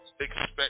expect